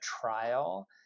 trial